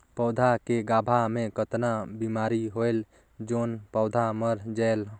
पौधा के गाभा मै कतना बिमारी होयल जोन पौधा मर जायेल?